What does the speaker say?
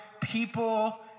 people